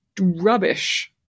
rubbish